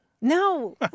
No